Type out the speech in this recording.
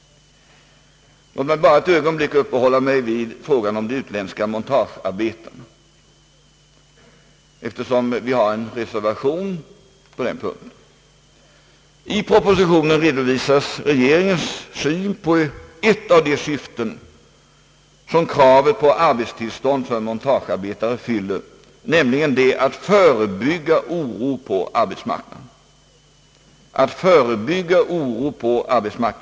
Låt mig bara ett ögonblick uppehålla mig vid frågan om utländska montagearbetare, eftersom det föreligger en reservation på den punkten. I propositionen redovisas regeringens syn på ett av de syften som kravet på arbetstillstånd för montagearbetare fyller, nämligen att förebygga oro på arbetsmarknaden.